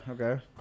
okay